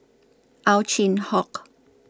Ow Chin Hock